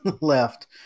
left